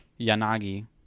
yanagi